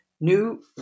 new